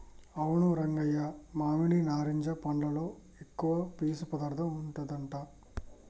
అవును రంగయ్య మామిడి నారింజ పండ్లలో ఎక్కువ పీసు పదార్థం ఉంటదట